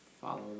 follow